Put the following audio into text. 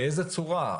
באיזה צורה?